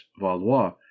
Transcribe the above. Valois